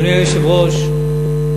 אדוני היושב-ראש,